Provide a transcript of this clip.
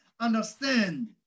understand